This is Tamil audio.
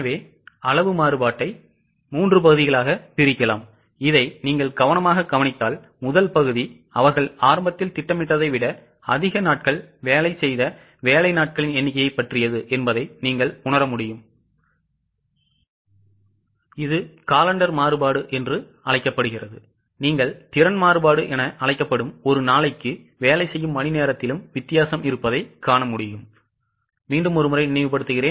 எனவே அளவு மாறுபாட்டை 3 பகுதிகளாக பிரிக்கலாம் இதை நீங்கள் கவனமாகக் கவனித்தால் முதல் பகுதி அவர்கள் ஆரம்பத்தில் திட்டமிட்டதை விட அதிக நாட்கள் வேலை செய்த வேலை நாட்களின் எண்ணிக்கையைப் பற்றியது என்பதை நீங்கள் புரிந்துகொள்வீர்கள் இது காலண்டர் மாறுபாடு என்று அழைக்கப்படுகிறது நீங்கள் திறன் மாறுபாடு என அழைக்கப்படும் ஒரு நாளைக்கு வேலை செய்யும் மணிநேரத்திலும் வித்தியாசம் இருப்பதைக் காண்க